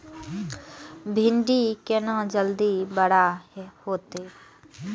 भिंडी केना जल्दी बड़ा होते?